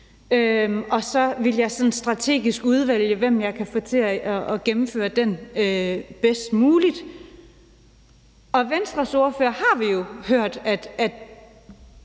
og så ville jeg sådan strategisk udvælge, hvem jeg kan få til at gennemføre den bedst muligt. Fra Venstres ordfører har vi jo hørt, at